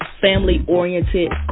family-oriented